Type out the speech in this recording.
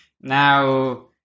Now